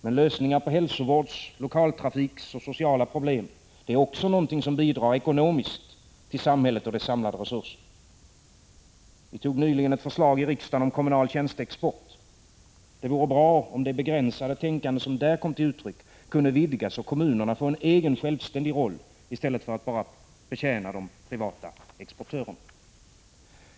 Men lösningar på hälsovårds-, lokaltrafiksoch sociala problem är också något som bidrar ekonomiskt till samhället och dess samlade resurser. Vi behandlade nyligen i riksdagen ett förslag om kommunal tjänsteexport. Det vore bra, om det begränsade tänkande som där kom till uttryck kunde vidgas och kommunerna få en egen, självständig roll i stället för att betjäna de privata exportörerna.